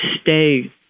stay